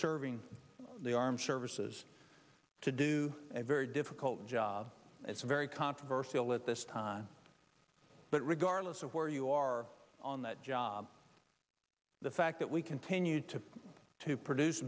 serving the armed services to do a very difficult job it's very controversial at this time but regardless of where you are on that job the fact that we continue to to produce